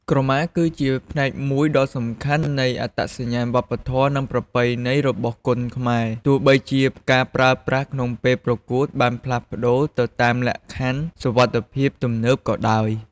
ក្រមាគឺជា ផ្នែកមួយដ៏សំខាន់នៃអត្តសញ្ញាណវប្បធម៌ និងប្រពៃណី របស់គុនខ្មែរ ទោះបីជាការប្រើប្រាស់ក្នុងពេលប្រកួតបានផ្លាស់ប្ដូរទៅតាមលក្ខខណ្ឌសុវត្ថិភាពទំនើបក៏ដោយ។